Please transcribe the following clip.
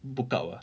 book out ah